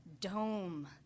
dome